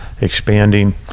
expanding